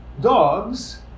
dogs